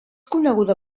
coneguda